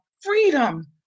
freedom